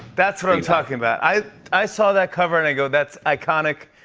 that's what i'm talking about. i i saw that cover and i go, that's iconic.